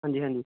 ਹਾਂਜੀ ਹਾਂਜੀ